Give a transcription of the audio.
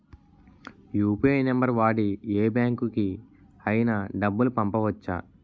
UPI number వాడి యే బ్యాంకుకి అయినా డబ్బులు పంపవచ్చ్చా?